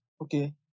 Okay